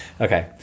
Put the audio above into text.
Okay